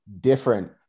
different